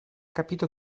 capito